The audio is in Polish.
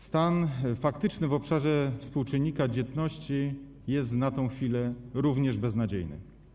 Stan faktyczny w obszarze współczynnika dzietności jest na tę chwilę również beznadziejny.